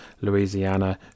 Louisiana